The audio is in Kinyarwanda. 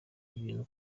ibintu